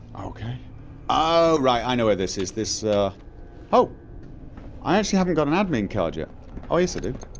okay ohhh, right, i know where this is this ah oh i actually haven't got an admin card yet oh yes i do